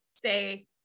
Say